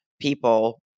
people